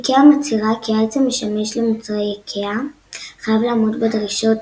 איקאה מצהירה כי "העץ המשמש למוצרי איקאה חייב לעמוד בדרישות